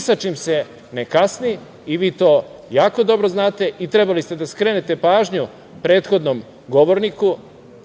sa čim se ne kasni i vi to jako dobro znate i trebali ste da skrenete pažnju prethodnom govorniku